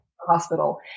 hospital